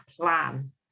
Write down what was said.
plan